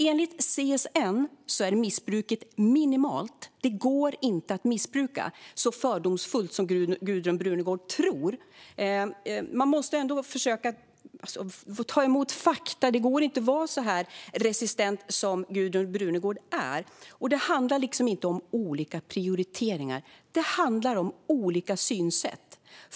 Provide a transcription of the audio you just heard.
Enligt CSN är missbruket minimalt. Detta går inte att missbruka, som Gudrun Brunegård fördomsfullt tror. Man måste ta emot fakta. Det går inte att vara så resistent som Gudrun Brunegård är. Det handlar inte om olika prioriteringar utan om olika synsätt.